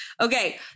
Okay